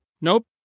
Nope